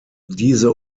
diese